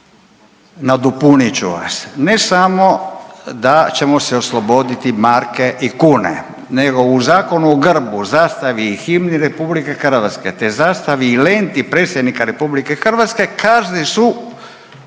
nadopunit ću vas, ne samo da ćemo se osloboditi marke i kune nego u Zakonu o grbu, zastavi i himni RH, te zastavi i lenti predsjednika Republike Hrvatske kazne su